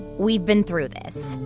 we've been through this.